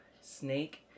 Snake